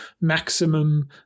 maximum